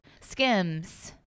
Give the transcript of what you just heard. skims